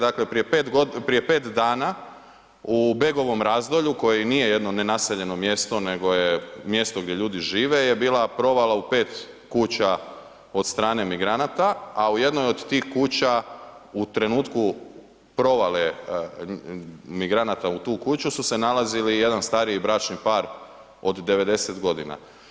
Dakle prije 5 dana u Begovom Razdolju koje nije jedno nenaseljeno mjesto nego je mjesto gdje ljudi žive je bila provala u 5 kuća od strane migranata a u jednoj od tih kuća u trenutku provale migranata u tu kuću su se nalazili jedan stariji bračni par od 90 godina.